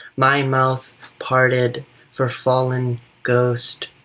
my mouth parted for fallen ghost,